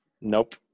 Nope